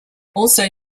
also